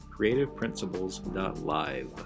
creativeprinciples.live